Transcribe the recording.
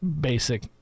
basic